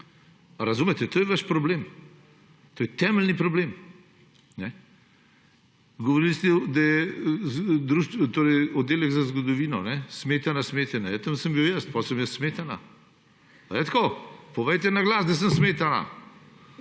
razumete? To je vaš problem. To je temeljni problem. Govorili ste, da je Oddelek za zgodovino smetana smetane. Ja, tam sem bil jaz, potem sem jaz smetana. Ali je tako? Povejte na glas, da sem smetana.